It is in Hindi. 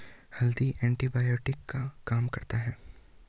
हल्दी एंटीबायोटिक का काम करता है